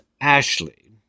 Ashley